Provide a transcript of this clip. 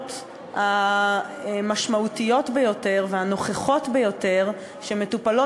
העילות המשמעותיות ביותר והנוכחות ביותר שמטופלות